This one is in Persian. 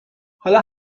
حالا